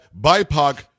BIPOC